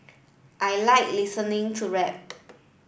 I like listening to rap